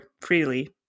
freely